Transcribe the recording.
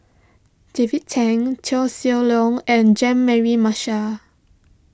David Tham Koh Seng Leong and Jean Mary Marshall